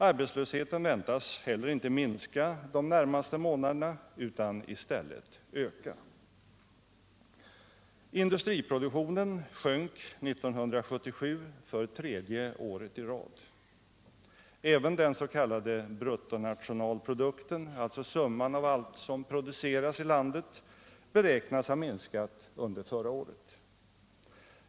Arbetslösheten väntas inte heller minska de närmaste månaderna utan i stället öka. Industriproduktionen sjönk 1977 för tredje året i rad. Även den s.k. bruttonationalprodukten, alltså summan av allt som produceras i landet, beräknas ha minskat under förra året.